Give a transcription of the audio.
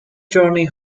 journey